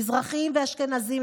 מזרחים ואשכנזים,